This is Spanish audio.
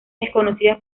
desconocidas